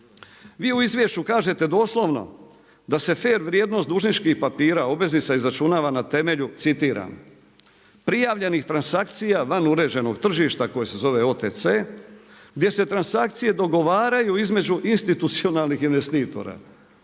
Vi u izvješću kažete doslovno da se fer vrijednost dužničkih papira, obveznica izračunava na temelju, citiram, prijavljenih transakcija van uređenog tržišta koje se zove OTC gdje se transakcije dogovaraju između institucionalnih investitora.